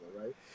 right